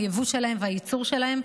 היבוא שלהן והיצור שלהן,